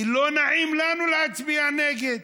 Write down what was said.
כי לא נעים לנו להצביע נגד.